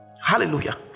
hallelujah